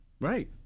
right